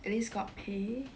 at least got pay